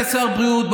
כשר בריאות,